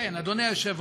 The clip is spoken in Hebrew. כן, אדוני היושב-ראש,